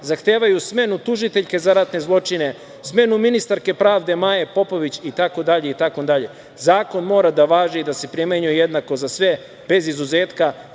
zahtevaju smenu tužiteljke za ratne zločine, smenu ministarke pravde Maje Popović itd, itd. Zakon mora da važi i da se primenjuje jednako za sve, bez izuzetka,